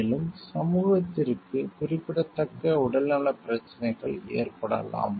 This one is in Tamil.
மேலும் சமூகத்திற்கு குறிப்பிடத்தக்க உடல்நலப் பிரச்சினைகள் ஏற்படலாம்